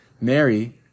Mary